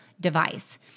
device